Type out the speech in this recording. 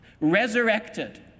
resurrected